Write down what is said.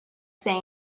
say